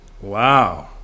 Wow